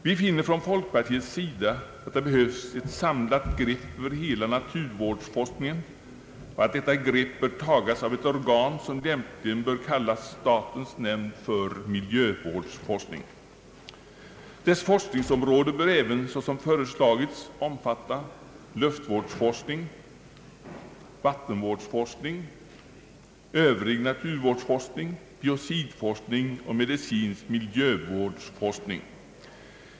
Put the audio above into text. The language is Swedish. Vi från folkpartiet finner att det behövs ett samlat grepp över hela naturvårdsforskningen och att detta grepp bör tagas av ett organ, som lämpligen bör kallas statens nämnd för miljövårdsforskning. Dess forskningsområde bör även, såsom föreslagits, omfatta luftvårdsforskning, vattenvårdsforskning, övrig naturvårdsforskning, biocidforskning och medicinsk miljövårdsforskning.